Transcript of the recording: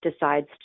Decides